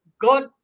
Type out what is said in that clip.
God